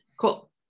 cool